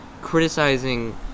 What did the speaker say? Criticizing